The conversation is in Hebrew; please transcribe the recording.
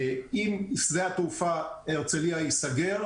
אם שדה התעופה הרצליה ייסגר,